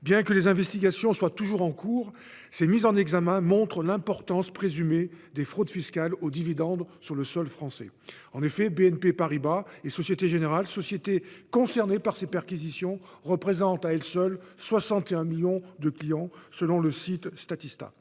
Bien que les investigations soient toujours en cours, ces mises en examen montrent l'importance présumée des fraudes fiscales aux dividendes sur le sol français. En effet, BNP Paribas et la Société Générale, sociétés visées par ces perquisitions, représentent à elles seules 61 millions de clients selon le site Statista.